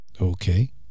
Okay